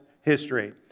history